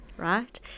Right